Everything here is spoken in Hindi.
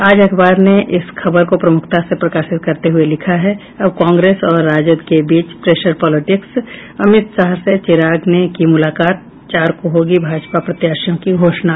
आज अखबार ने इस खबर को प्रमुखता से प्रकाशित करते हुये लिखा है अब कांग्रेस और राजद के बीच प्रेशर पॉलिटिक्स अमित शाह से चिराग ने की मुलाकात चार को होगी भाजपा प्रत्याशियों की घोषणा